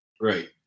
Right